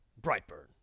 Brightburn